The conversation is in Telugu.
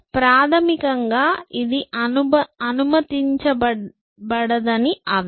ప్రాథమికంగా ఇది అనుమతించబడదని అర్థం